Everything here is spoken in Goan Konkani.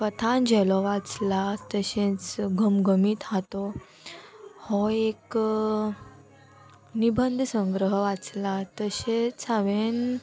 कथा झेलो वाचला तशेंच घमघमीत हातो हो एक निबंध संग्रह वाचला तशेंच हांवें